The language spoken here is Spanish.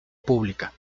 publica